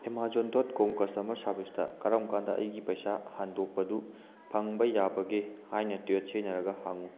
Amazon dot com customer ꯁꯥꯔꯕꯤꯁꯇ ꯀꯔꯝ ꯀꯥꯟꯗ ꯑꯩꯒꯤ ꯄꯩꯁꯥ ꯍꯟꯗꯣꯛꯄꯗꯨ ꯐꯪꯕ ꯌꯥꯕꯒꯦ ꯍꯥꯏꯅ ꯇ꯭ꯋꯤꯠ ꯁꯤꯖꯤꯟꯅꯔꯒ ꯍꯪꯉꯨ